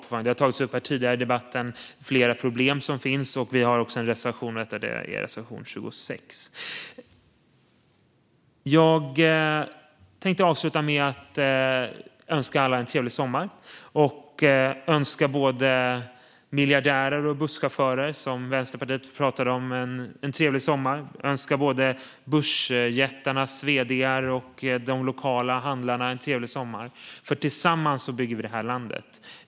Flera problem som finns med detta har tagits upp här tidigare i debatten. Vi har också en reservation, och det är reservation 26. Jag tänkte avsluta med att önska alla en trevlig sommar. Jag vill önska både miljardärer och busschaufförer, som man från Vänsterpartiet talade om, en trevlig sommar. Jag vill önska både börsjättarnas vd:ar och de lokala handlarna en trevlig sommar. Tillsammans bygger vi det här landet.